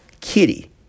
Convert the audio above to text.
Kitty